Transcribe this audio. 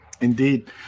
Indeed